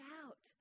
out